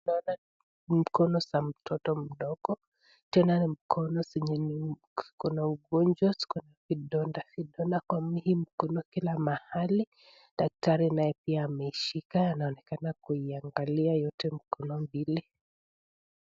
Naona ni mkono za mtoto mdogo tena ni mikono zenye ziko na ugonjwa ziko na vidonda vidonda kwa mwili mkono kila mahali daktari naye pia ameishika anaonekana kuingalia yote mikono mbili.